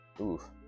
Oof